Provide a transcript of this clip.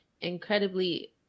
incredibly